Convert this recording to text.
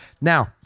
Now